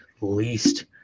least